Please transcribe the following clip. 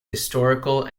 historical